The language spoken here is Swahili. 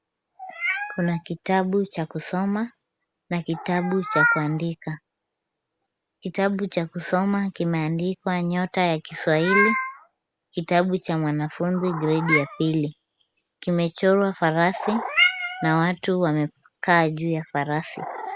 Kuna kitabu cha kusoma na kitabu cha kuandika. Kitabu cha kusoma kimeandikwa Nyota ya Kiswahili, kitabu cha mwanafunzi Gredi ya pili. Kimechorwa farasi na watu wamekaa juu ya farasi.